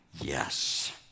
yes